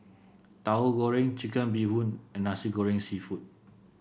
Tauhu Goreng Chicken Bee Hoon and Nasi Goreng seafood